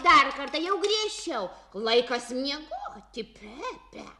dar kartą jau griežčiau laikas miegoti pepe